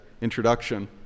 introduction